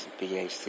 BAC